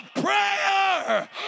prayer